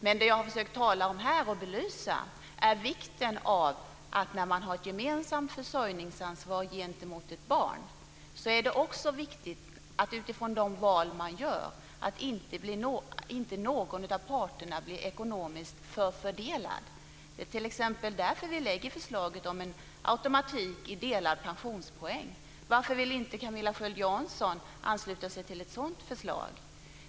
Det jag har försökt tala om här och belysa är att om man har ett gemensamt försörjningsansvar gentemot ett barn är det viktigt att inte någon av parterna blir ekonomiskt förfördelad utifrån de val man gör. Det är t.ex. därför vi lägger fram förslaget om en automatik i delade pensionspoäng. Varför vill inte Camilla Sköld Jansson ansluta sig till ett sådant förslag?